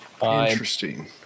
Interesting